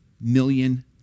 million